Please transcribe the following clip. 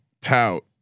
tout